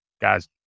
guys